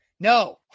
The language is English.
No